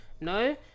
No